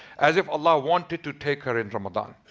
as if allah wanted to take her in ramadan.